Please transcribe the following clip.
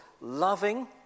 loving